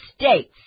States